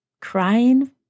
crying